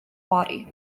body